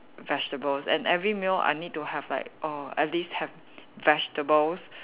vegetables and every meal I need to have like err at least have vegetables